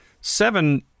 seven